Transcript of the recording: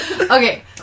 Okay